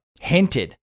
hinted